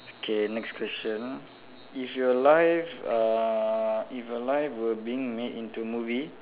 okay next question if your life uh if your life were being made into movie